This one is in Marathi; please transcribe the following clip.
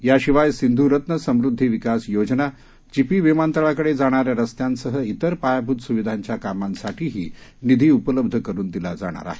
याशिवाय सिंधु रत्न समृद्दी विकास योजना चिपी विमानतळाकडे जाणारे रस्त्यांसह इतर पायाभूत सुविधांच्या कामांसाठीही निधी उपलब्ध करून दिला जाणार आहे